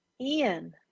Ian